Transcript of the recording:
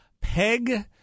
Peg